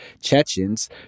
Chechens